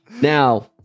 now